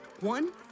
One